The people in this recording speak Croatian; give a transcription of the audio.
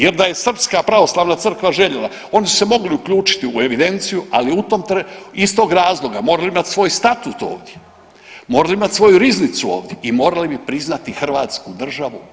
Jer da je srpska pravoslavna crkva željela oni su se mogli uključiti u evidenciju, ali iz tog razloga morali bi imati svoj Statut ovdje, morali bi imati svoju riznicu ovdje i morali bi priznati Hrvatsku državu.